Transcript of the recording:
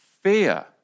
fear